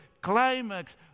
climax